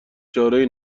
چارهای